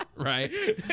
Right